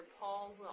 Paul